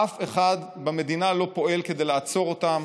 אף אחד במדינה לא פועל כדי לעצור אותם,